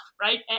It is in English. right